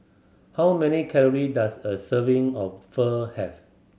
how many calories does a serving of Pho have